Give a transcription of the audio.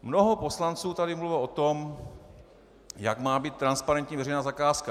Mnoho poslanců tady mluvilo o tom, jak má být transparentní veřejná zakázka.